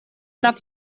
traf